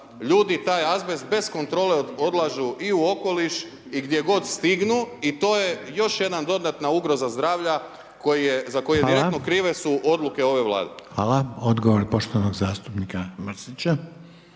ljudi taj azbest bez kontrole odlažu i u okoliš i gdje god stignu i to je još jedna dodatna ugroza zdravlja za koju su direktno krive su odluke ove Vlade. **Reiner, Željko (HDZ)** Hvala, odgovor poštovanog zastupnika Mršića.